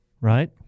right